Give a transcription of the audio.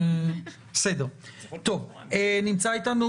נמצא אתנו,